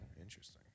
Interesting